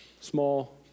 Small